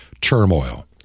turmoil